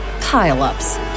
pile-ups